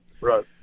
Right